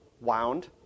Wound